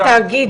בוקר טוב,